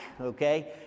okay